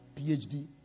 PhD